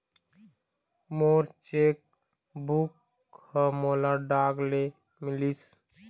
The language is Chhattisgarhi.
मोर चेक बुक ह मोला डाक ले मिलिस